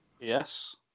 Yes